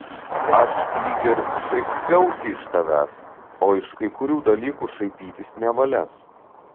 aš lyg ir šaipiausi iš tavęs o iš kai kurių dalykų šaipytis nevalia